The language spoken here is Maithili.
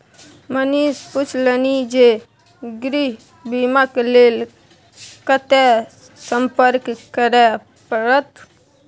मनीष पुछलनि जे गृह बीमाक लेल कतय संपर्क करय परत?